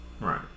Right